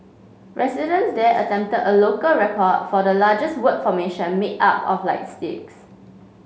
residents there attempted a local record for the largest word formation made up of light sticks